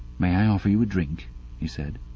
may i offer you a drink he said.